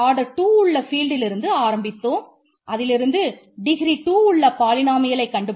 order இருக்க வேண்டும்